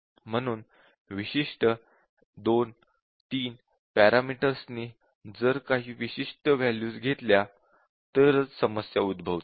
म्हणून विशिष्ट 2 3 पॅरामीटर्स नी जर काही विशिष्ट वॅल्यूज घेतल्या तरच समस्या उद्भवते